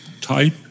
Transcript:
type